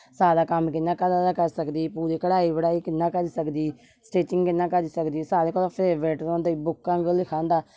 सारा कम्म कियां घरा दा करी सकदी कढाई बढाई कियां करी सकदी स्टिचिंग कियां करी सकदी सारे कोला फैवरट बुकां उपर लिखे दा होंदा